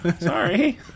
Sorry